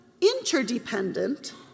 interdependent